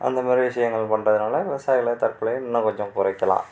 அந்த மாதிரி விஷயங்கள் பண்ணுறதுனால விவசாயிகளை தற்கொலை இன்னும் கொஞ்சம் குறைக்கலாம்